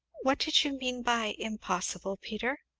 what did you mean by impossible, peter?